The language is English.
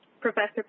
professor